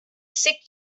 six